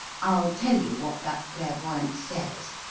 i'll tell you what that clairvoyante says,